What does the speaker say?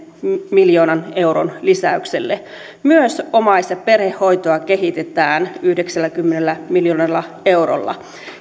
miljoonan euron lisäyksellä myös omais ja perhehoitoa kehitetään yhdeksälläkymmenellä miljoonalla eurolla